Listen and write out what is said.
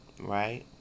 right